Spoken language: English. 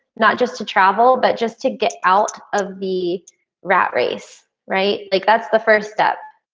not just to travel but just to get out of the rat race, right? like that's the first step,